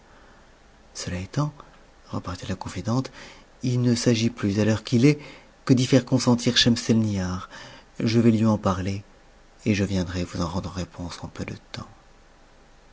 cela étant repartit la confidente il ne s'agit plus à l'heure qu'il est que d'y faire consentir schemselnihar je vais lui en parler et je viendrai vous en rendre réponse en peu de temps